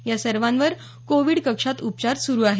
या सर्वांवर कोविड कक्षात उपचार सुरु आहेत